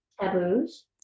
Taboos